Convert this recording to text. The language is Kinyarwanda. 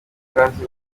ikaze